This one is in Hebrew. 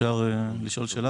אני מבקש לשאול שאלה